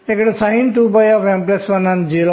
కాబట్టి ప్రతి క్వాంటం సంఖ్యకు ఒకటి